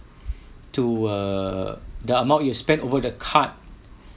to err the amount you spend over the card